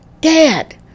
Dad